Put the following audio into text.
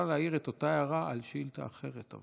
להעיר את אותה הערה על שאילתה אחרת,